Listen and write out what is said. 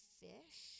fish